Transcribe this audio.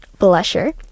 blusher